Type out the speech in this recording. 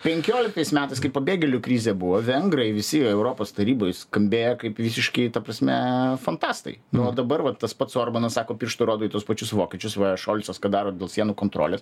penkioliktais metais kai pabėgėlių krizė buvo vengrai visi europos taryboj skambėjo kaip visiški ta prasme fantastai nu o dabar va tas pats orbanas sako pirštu rodo į tuos pačius vokiečius va šolcas ką daro dėl sienų kontrolės